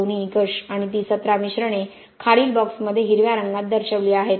दोन्ही निकष आणि ती 17 मिश्रणे खालील बॉक्समध्ये हिरव्या रंगात दर्शविली आहेत